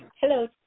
Hello